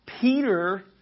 Peter